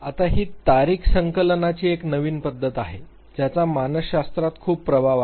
आता ही तारीख संकलनाची एक नवीन पद्धत आहे ज्याचा मानसशास्त्रात खूप प्रभाव आहे